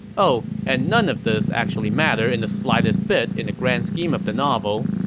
oh, and none of this actually mattered in the slightest bit in the grand scheme of the novel,